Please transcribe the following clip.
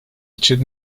için